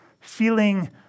feeling